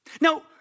Now